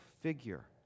figure